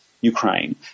Ukraine